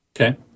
okay